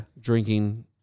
drinking